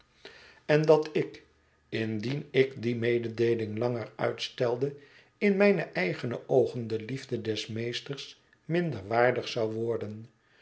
en dat ik indien ik die mededeeling langer uitstelde in mijne eigene oogen de liefde des meesters minder waardig zou worden